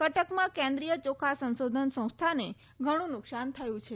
કટકમાં કેન્દ્રિય ચોખા સંશોધન સંસ્થાને ઘણું નુકશાન થયું છે